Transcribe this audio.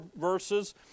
verses